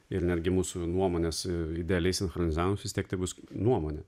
ir netgi mūsų nuomonės idealiai sinchronizavus vis tiek tai bus nuomonė